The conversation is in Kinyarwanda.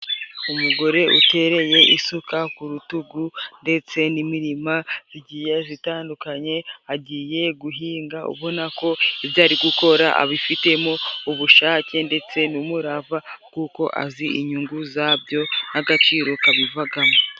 Umugore utereye isuka ku rutugu ndetse n'imirima zigiye zitandukanye, agiye guhinga ubona ko ibyo ari gukora abifitemo ubushake ndetse n'umurava, kuko azi inyungu zabyo n'agaciro kabivagamo.